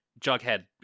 Jughead